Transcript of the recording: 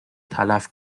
تلف